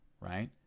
right